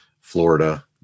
Florida